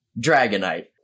Dragonite